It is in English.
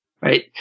Right